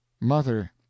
MOTHER